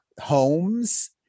homes